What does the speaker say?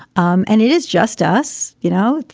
um and it is just us. you know,